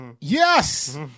Yes